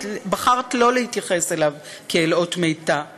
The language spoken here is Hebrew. בחרת לא להתייחס אליו כאל אות מתה,